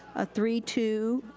a three two,